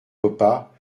repas